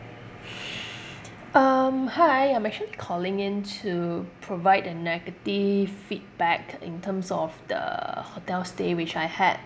um hi I'm actually calling in to provide a negative feedback in terms of the hotel stay which I had